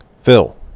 Phil